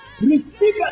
Receive